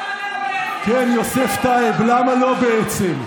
כן, יוסף טייב, למה לא, בעצם?